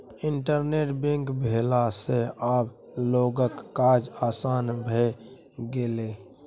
internet bank भेला सँ आब लोकक काज आसान भए गेलै